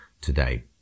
today